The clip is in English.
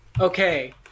Okay